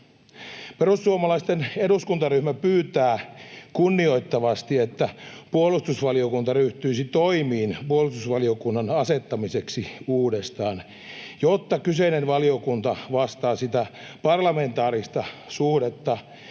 ”Perussuomalaisten eduskuntaryhmä pyytää kunnioittavasti, että puolustusvaliokunta ryhtyisi toimiin puolustusvaliokunnan asettamiseksi uudestaan, jotta kyseinen valiokunta vastaa sitä parlamentaarista suhdetta,